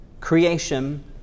creation